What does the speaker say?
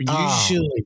Usually